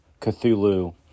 Cthulhu